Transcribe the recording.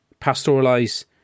pastoralize